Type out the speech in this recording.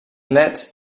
leds